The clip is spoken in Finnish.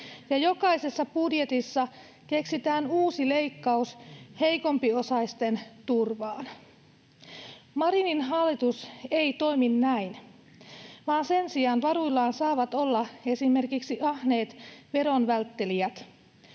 jokaisessa budjetissa keksitään uusi leikkaus heikompiosaisten turvaan. Marinin hallitus ei toimi näin, vaan sen sijaan varuillaan saavat olla esimerkiksi ahneet veronvälttelijät.